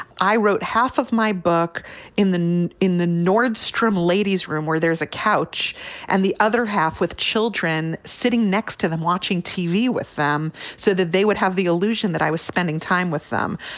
i wrote half of my book in the in in the nordstrom ladies room where there's a couch and the other half with children sitting next to them watching tv with them so that they would have the illusion that i was spending time with them.